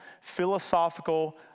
philosophical